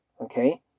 Okay